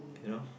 you know